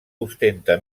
ostenta